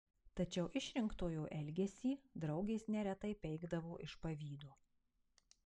tačiau išrinktojo elgesį draugės neretai peikdavo iš pavydo